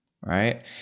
right